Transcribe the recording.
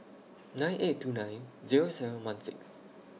nine eight two nine Zero seven one six